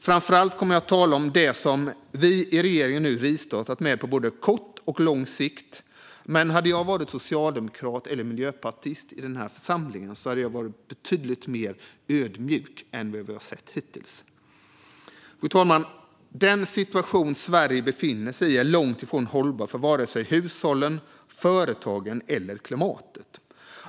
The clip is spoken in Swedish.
Framför allt kommer jag att tala om det som vi i regeringen nu rivstartat med på både kort och lång sikt, men hade jag varit socialdemokrat eller miljöpartist i den här församlingen hade jag varit betydligt mer ödmjuk än vad vi har sett från dessa partier hittills. Fru talman! Den situation Sverige befinner sig i är långt ifrån hållbar för vare sig hushållen, företagen eller klimatet.